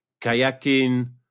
Kayakin